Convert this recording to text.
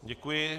Děkuji.